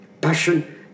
passion